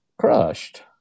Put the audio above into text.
crushed